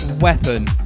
weapon